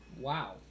Wow